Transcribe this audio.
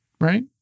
right